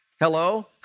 Hello